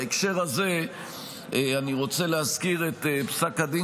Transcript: בהקשר הזה אני רוצה להזכיר את פסק הדין